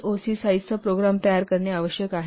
ओ C साईजचा program तयार करणे आवश्यक आहे